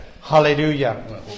Hallelujah